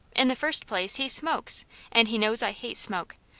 in the first place, he smokes and he knows i hate smoke.